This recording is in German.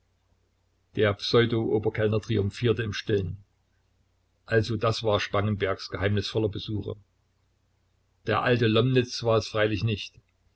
der pseudo oberkellner triumphierte im stillen also das war spangenbergs geheimnisvoller besucher der alte lomnitz war es freilich nicht